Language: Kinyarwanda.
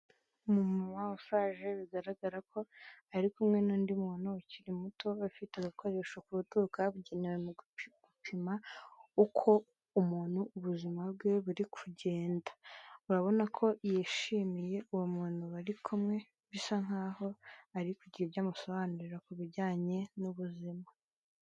muwa fag bigaragara ko ari kumwe n'undi muntu ukiri muto afite agakoresho kuubuturukabugenewe mu gupima uko umuntu ubuzima bwe buri kugenda urabona ko yishimiye uwo muntu bari kumwe bisa nkaho ari kugira ibyo amusobanurira ku bijyanye n'ubuzima